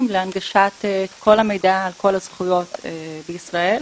להנגשת כל המידע על כל הזכויות בישראל.